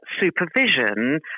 supervision